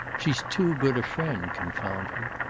she's too good a friend, confound her.